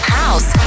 house